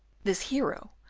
this hero,